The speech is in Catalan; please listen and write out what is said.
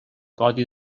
codi